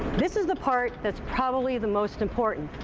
this is the part that's probably the most important,